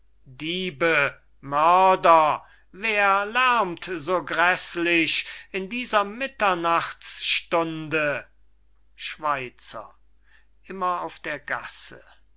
diebe mörder wer lärmt so gräßlich in dieser mitternachtsstunde schweizer immer auf der gasse